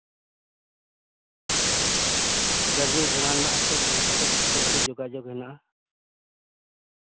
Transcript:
ᱜᱟᱹᱰᱤ ᱜᱷᱚᱬᱟ ᱨᱮᱱᱟᱜ ᱠᱷᱩᱵ ᱠᱷᱩᱵᱜᱮ ᱡᱳᱜᱟᱡᱳᱜᱽ ᱦᱮᱱᱟᱜᱼᱟ